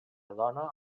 dona